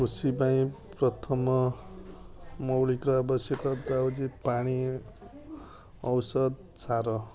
କୃଷି ପାଇଁ ପ୍ରଥମ ମୌଳିକ ଆବଶ୍ୟକତା ହେଉଛି ପାଣି ଔଷଧ ସାର